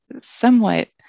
somewhat